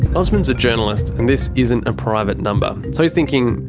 osman's a journalist and this isn't a private number. so he's thinking,